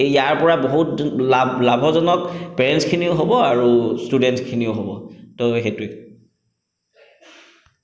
এই ইয়াৰ পৰা বহুত লাভ লাভজনক পেৰেণ্টছখিনিও হ'ব আৰু ইষ্টুডেণ্টখিনিও হ'ব তো সেইটোৱে